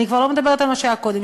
אני כבר לא מדברת על מה שהיה קודם,